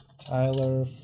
Tyler